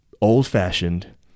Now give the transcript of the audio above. old-fashioned